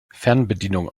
fernbedienung